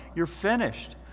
you're finished.